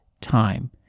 time